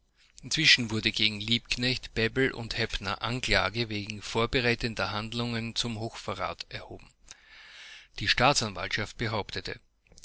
inzwischen wurde gegen liebknecht bebel und hepner anklage wegen vorbereitender handlungen zum hochverrat erhoben die staatsanwaltschaft behauptete